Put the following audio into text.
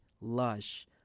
lush